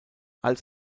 als